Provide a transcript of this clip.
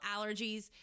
allergies